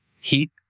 heat